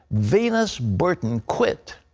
venus burton quit.